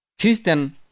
Christian